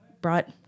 brought